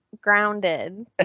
grounded